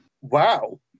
Wow